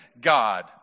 God